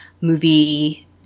movie